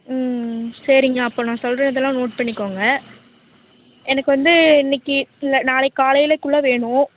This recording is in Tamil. ம்ம் சரிங்க அப்போ நான் சொல்கிற இதெல்லாம் நோட் பண்ணிக்கோங்க எனக்கு வந்து இன்றைக்கு இல்லை நாளைக்கு காலையிலக்குள்ளே வேணும்